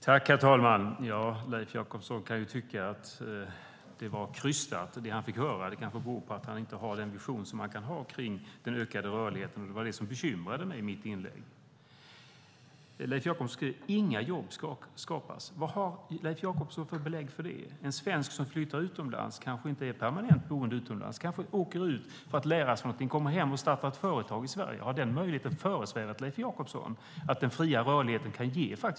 Herr talman! Leif Jakobsson kan ju tycka att det han fick höra var krystat. Det kanske beror på att han inte har den vision som man kan ha kring den ökade rörligheten, och det var det som bekymrade mig i mitt inlägg. Leif Jakobsson skriver i interpellationen att inga jobb skapas. Vad har Leif Jakobsson för belägg för det? En svensk som flyttar utomlands kanske inte är permanent boende utomlands, kanske åker ut för att lära sig någonting och kommer hem och startar ett företag i Sverige. Har möjligheten föresvävat Leif Jakobsson att den fria rörligheten faktiskt kan ge jobb.